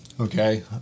Okay